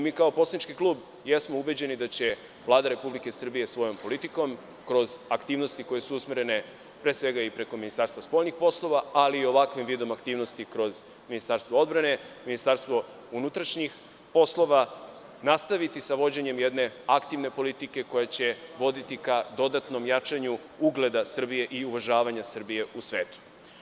Mi kao poslanički klub jesmo ubeđeni da će Vlada Republike Srbije svojom politikom, kroz aktivnosti koje su usmerene pre svega i preko Ministarstva spoljnih poslova, ali i ovakvim vidom aktivnosti kroz Ministarstvo odbrane i Ministarstvo unutrašnjih poslova, nastaviti sa vođenjem jedne aktivne politike koja će voditi ka dodatnom jačanju ugleda Srbije i uvažavanja Srbije u svetu.